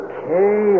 Okay